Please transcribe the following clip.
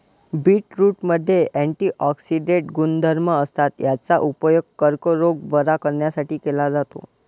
बीटरूटमध्ये अँटिऑक्सिडेंट गुणधर्म असतात, याचा उपयोग कर्करोग बरा करण्यासाठी केला जातो